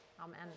Amen